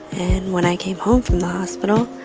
and when i came home from the hospital,